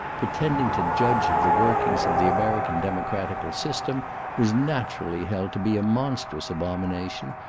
pretending to judge of the workings of the american democratical system, was naturally held to be a monstrous abomination,